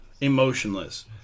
emotionless